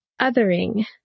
Othering